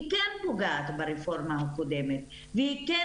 היא כן פוגעת ברפורמה הקודמת והיא כן